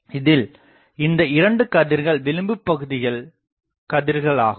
இதில் இந்த 2 கதிர்கள் விளிம்புபகுதி கதிர்கள் ஆகும்